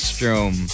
Strom